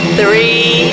three